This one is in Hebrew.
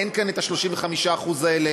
אין כאן 35% האלה.